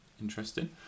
interesting